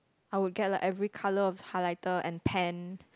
I would get like every colour of highlighter and pen